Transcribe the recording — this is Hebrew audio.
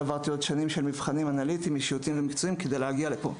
ועברתי עוד שנים של מבחנים אנליטיים אישיותיים ומקצועיים כדי להגיע לפה.